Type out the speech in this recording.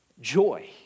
joy